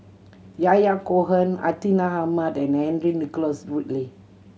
Yahya Cohen Hartinah Ahmad and Henry Nicholas Ridley